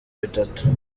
bitatu